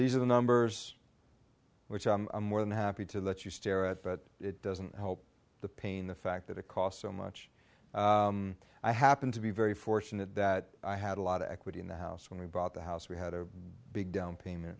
these are the numbers which i am more than happy to let you stare at but it doesn't help the pain the fact that it cost so much i happen to be very fortunate that i had a lot of equity in the house when we bought the house we had a big down payment